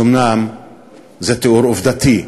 אז אומנם זה תיאור עובדתי,